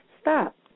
stop